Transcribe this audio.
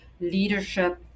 leadership